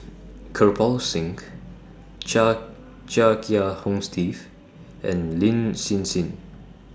Kirpal Singh Chia Chia Kiah Hong Steve and Lin Hsin Hsin